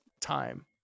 time